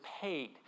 paid